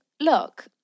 look